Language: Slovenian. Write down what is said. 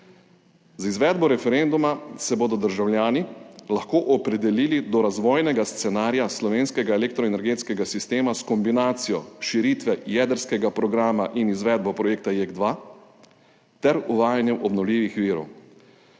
Z izvedbo referenduma se bodo državljani lahko opredelili do razvojnega scenarija slovenskega elektroenergetskega sistema s kombinacijo širitve jedrskega programa in izvedbo projekta JEK2 ter uvajanjem obnovljivih virov.